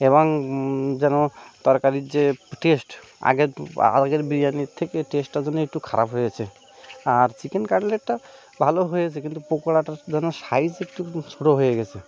এবং যেন তরকারির যে টেস্ট আগে তো আ আগের বিরিয়ানির থেকে টেস্টটা যেন একটু খারাপ হয়েছে আর চিকেন কাটলেটটা ভালো হয়েছে কিন্তু পোকোড়াটার যেন সাইজ একটু খুব ছোটো হয়ে গেছে